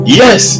yes